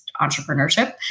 entrepreneurship